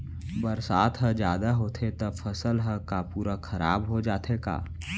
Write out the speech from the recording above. बरसात ह जादा होथे त फसल ह का पूरा खराब हो जाथे का?